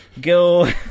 go